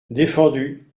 défendu